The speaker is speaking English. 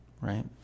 right